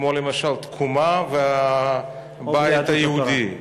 כמו למשל תקומה והבית היהודי,